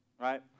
right